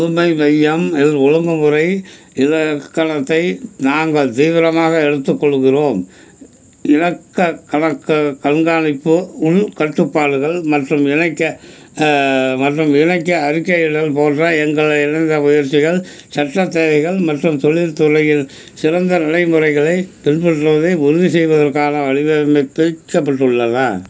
புதுமை மையம் இல் ஒழுங்குமுறை இணக்கலத்தை நாங்கள் தீவிரமாக எடுத்துக்கொள்ளுகிறோம் இணக்கக் கலக்க கண்காணிப்பு உள் கட்டுப்பாடுகள் மற்றும் இணைக்க மற்றும் இணைக்க அறிக்கையிடல் போன்ற எங்கள் இணக்க முயற்சிகள் சட்டத் தேவைகள் மற்றும் தொழில்துறையின் சிறந்த நடைமுறைகளைப் பின்பற்றுவதை உறுதி செய்வதற்காக வடிவமைக்கப்பட்டுள்ளன